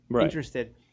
interested